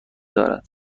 دارد